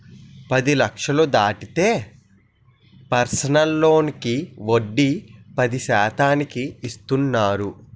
పది లక్షలు దాటితే పర్సనల్ లోనుకి వడ్డీ పది శాతానికి ఇస్తున్నారు